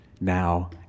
now